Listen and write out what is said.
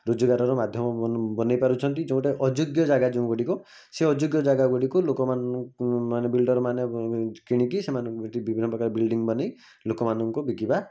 ରୋଜଗାରର ମାଧ୍ୟମ ବନାଇ ପାରୁଛନ୍ତି ଯେଉଁଟା ଅଯୋଗ୍ୟ ଜାଗା ଯେଉଁ ଗୁଡ଼ିକ ସେ ଅଯୋଗ୍ୟ ଜାଗା ଗୁଡ଼ିକୁ ଲୋକମାନେ ମାନେ ବିଲ୍ଡ଼ର୍ ମାନେ କିଣିକି ସେମାନେ ବିଭିନ୍ନ ପ୍ରକାର ବିଲ୍ଡିଂ ବନାଇ ଲୋକମାନଙ୍କୁ ବିକିବା